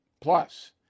Plus